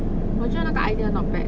我觉得那个 idea not bad